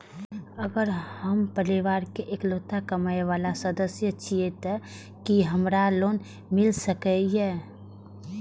अगर हम परिवार के इकलौता कमाय वाला सदस्य छियै त की हमरा लोन मिल सकीए?